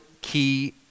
key